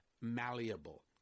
malleable